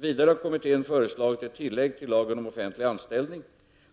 Vidare har kommittén föreslagit ett tillägg till lagen om offentlig anställning